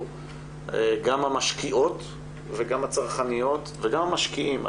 גם המשקיעות וגם הצרכניות וגם משקיעים,